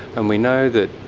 and we know that